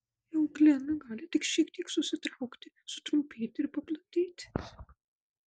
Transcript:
euglena gali tik šiek tiek susitraukti sutrumpėti ir paplatėti